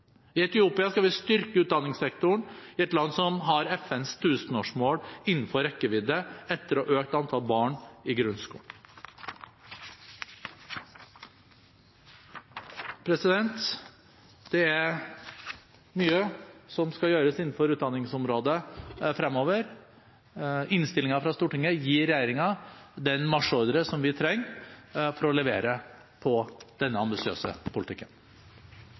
I Etiopia skal vi styrke utdanningssektoren, et land som har FNs tusenårsmål innenfor rekkevidde etter å ha økt antall barn i grunnskolen. Det er mye som skal gjøres på utdanningsområdet fremover. Innstillingen fra Stortinget gir regjeringen den marsjordre som vi trenger for å levere på denne ambisiøse politikken.